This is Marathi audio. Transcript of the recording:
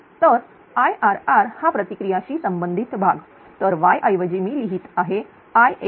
तरIrr हा प्रतिक्रिया शी संबंधित भाग तर y ऐवजी मी लिहीत आहेIxxl